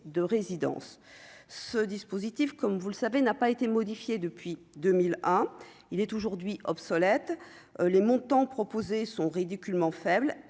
de résidence ce dispositif comme vous le savez, n'a pas été modifiés depuis 2001, il est aujourd'hui obsolète, les montants proposés sont ridiculement faible